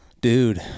Dude